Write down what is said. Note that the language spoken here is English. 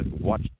watch